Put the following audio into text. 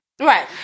right